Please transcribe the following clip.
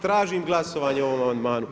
Tražim glasovanje o ovom amandmanu.